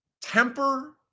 temper